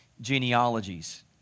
genealogies